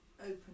open